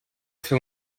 fer